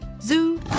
Zoo